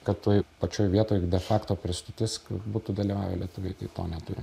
kad toj pačioj vietoj be fakto prie stoties kaip būtų dalyvavę lietuviai to neturim